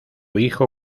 hijo